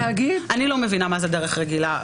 אני לא מבינה מה זה דרך רגילה.